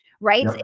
right